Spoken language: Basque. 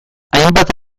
hainbat